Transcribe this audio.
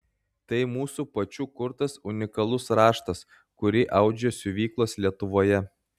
tai mūsų pačių kurtas unikalus raštas kurį audžia siuvyklos lietuvoje